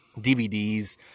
DVDs